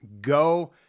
Go